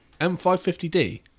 M550D